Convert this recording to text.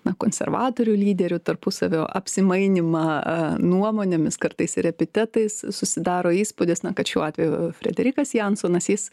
na konservatorių lyderių tarpusavio apsimainymą nuomonėmis kartais ir epitetais susidaro įspūdis na kad šiuo atveju frederikas jansonas jis